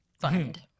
fund